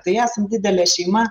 tai esam didelė šeima